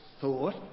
thought